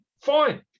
Fine